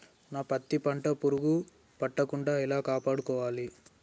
నా పత్తి పంట పురుగు పట్టకుండా ఎలా కాపాడుకోవాలి?